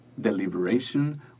deliberation